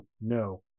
no